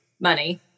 money